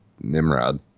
nimrod